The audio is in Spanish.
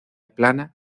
plana